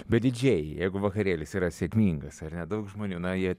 bet didžėjai jeigu vakarėlis yra sėkmingas ar ne daug žmonių na jie